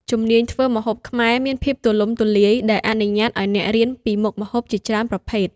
ជំនាញធ្វើម្ហូបខ្មែរមានភាពទូលំទូលាយ ដែលអនុញ្ញាតឱ្យអ្នករៀនពីមុខម្ហូបជាច្រើនប្រភេទ។